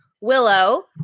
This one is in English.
Willow